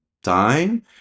time